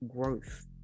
growth